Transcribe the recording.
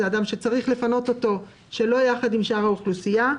זה אדם שצריך לפנות אותו שלא ביחד עם שאר האוכלוסייה.